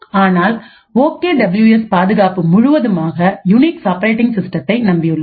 ஆனால் OK W S பாதுகாப்பு முழுவதுமாக யூனிக்ஸ் ஆப்பரேட்டிங் சிஸ்டத்தை நம்பியுள்ளது